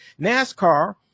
NASCAR